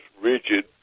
rigid